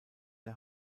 der